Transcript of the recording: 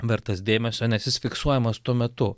vertas dėmesio nes jis fiksuojamas tuo metu